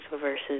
versus